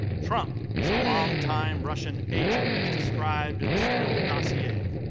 trump is a longtime russian agent as described in the steele dossier.